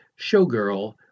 showgirl